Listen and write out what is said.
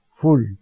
full